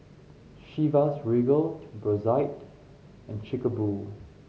Chivas Regal Brotzeit and Chic a Boo